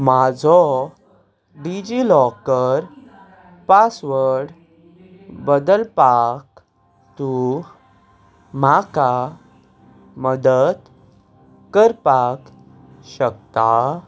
म्हाजो DigiLocker password बदलपाक तूं म्हाका मदत करपाक शकता